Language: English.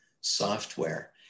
software